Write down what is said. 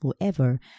forever